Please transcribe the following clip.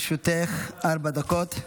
לרשותך ארבע דקות.